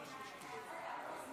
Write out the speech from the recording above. (תיקון, הרחבת תחולה והארכת